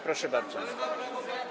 Proszę bardzo.